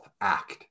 act